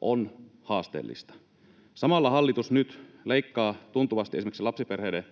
on haasteellista. Samalla hallitus nyt leikkaa tuntuvasti esimerkiksi lapsiperheiden